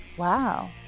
wow